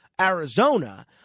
Arizona